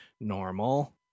normal